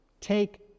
take